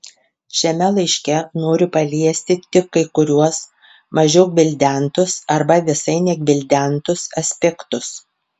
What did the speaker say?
šiame laiške noriu paliesti tik kai kuriuos mažiau gvildentus arba visai negvildentus aspektus